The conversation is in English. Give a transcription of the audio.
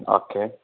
okay